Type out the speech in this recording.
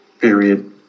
period